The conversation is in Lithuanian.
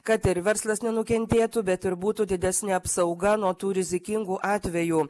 kad ir verslas nenukentėtų bet ir būtų didesnė apsauga nuo tų rizikingų atvejų